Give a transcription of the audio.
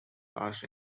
cast